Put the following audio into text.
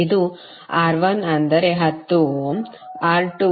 ಇದು R1 ಅಂದರೆ 10 ohm